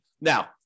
now